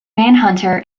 manhunter